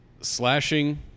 slashing